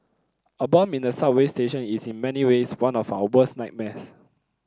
a bomb in a subway station is in many ways one of our worst nightmares